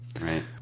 Right